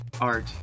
Art